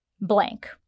blank